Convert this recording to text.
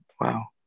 wow